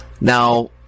now